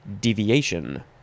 deviation